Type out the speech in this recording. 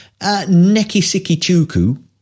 Nekisikichuku